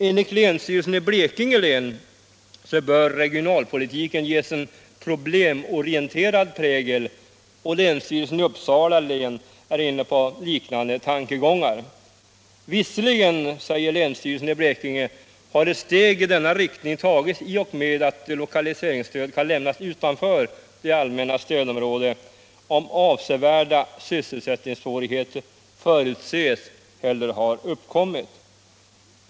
Enligt länsstyrelsen i Blekinge län bör regionalpolitiken ges en problemorienterad prägel, och länsstyrelsen i Uppsala län är inne på liknande tankegångar. Visserligen, säger länsstyrelsen i Blekinge län, har ett steg i denna riktning tagits i och med att lokaliseringsstöd kan lämnas utanför det allmänna stödområdet, om avsevärda sysselsättningssvårigheter förutses eller har uppkommit.